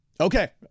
Okay